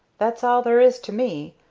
that's all there is to me,